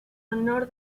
honor